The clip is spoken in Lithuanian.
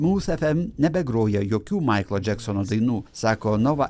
mūsų fm nebegroja jokių maiklo džeksono dainų sako nova